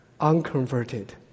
unconverted